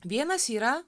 vienas yra